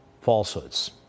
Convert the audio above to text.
falsehoods